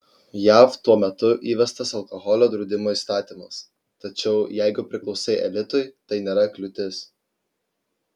jav tuo metu įvestas alkoholio draudimo įstatymas tačiau jeigu priklausai elitui tai nėra kliūtis